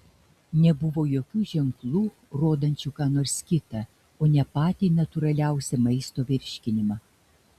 nebuvo jokių ženklų rodančių ką nors kitą o ne patį natūraliausią maisto virškinimą